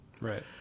right